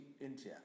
India